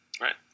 Right